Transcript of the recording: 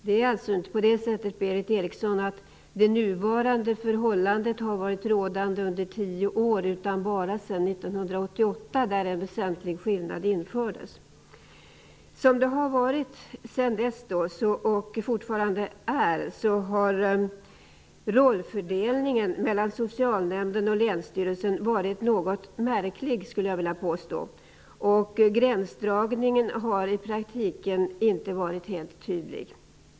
Det är alltså inte så, Berith Eriksson, att det nuvarande förhållandet har varit rådande under tio år utan bara sedan 1988 då en väsentlig ändring genomfördes. Sedan dess har rollfördelningen mellan socialnämnden och länsstyrelsen varit något märklig, skulle jag vilja påstå. Gränsdragningen har i praktiken inte varit helt tydlig.